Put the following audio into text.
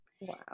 Wow